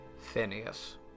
Phineas